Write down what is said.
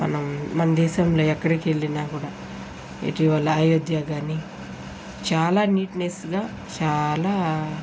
మనం మన దేశంలో ఎక్కడకెళ్ళినా కూడా ఇటీవల అయోధ్య గాని చాలా నీట్నెస్గా చాలా